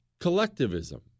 collectivism